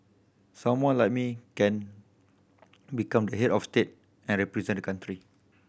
someone like me can become head of state and represent the country